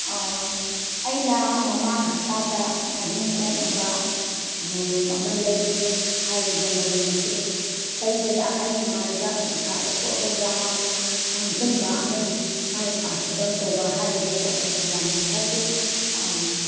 ꯑꯩꯅ ꯃꯃꯥꯡ ꯍꯞꯇꯥꯗ ꯃꯥꯍꯤꯡ ꯀꯣꯛꯅꯕ ꯃꯣꯂꯣꯝ ꯑꯃ ꯂꯩꯕꯅꯤ ꯍꯥꯏꯔꯤꯕ ꯃꯣꯂꯣꯝ ꯑꯁꯦ ꯇꯩꯕꯗ ꯑꯩꯒꯤ ꯃꯥꯏꯗ ꯅꯨꯡꯁꯥꯗ ꯊꯣꯛꯑꯒ ꯌꯥꯝꯅ ꯉꯥꯡꯁꯤꯟꯕ ꯑꯃꯗꯤ ꯃꯥꯏ ꯀꯥꯍꯠꯄꯗꯧꯅ ꯇꯧꯕ ꯍꯥꯏꯔꯤꯕ ꯄꯣꯠ ꯑꯁꯤ ꯌꯥꯝꯅ ꯐꯠꯇꯦ